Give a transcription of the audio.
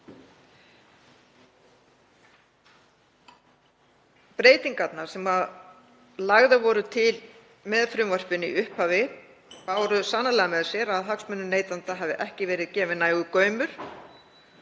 Breytingarnar sem lagðar voru til með frumvarpinu í upphafi báru sannarlega með sér að hagsmunum neytenda hefði ekki verið gefinn nægur gaumur